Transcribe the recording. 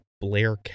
Blair